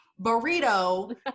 burrito